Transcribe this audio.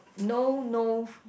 no no